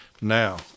Now